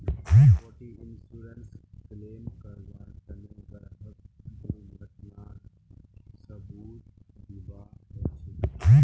property इन्शुरन्सत claim करबार तने ग्राहकक दुर्घटनार सबूत दीबा ह छेक